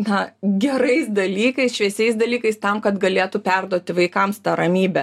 na gerais dalykais šviesiais dalykais tam kad galėtų perduoti vaikams tą ramybę